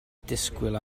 disgwyl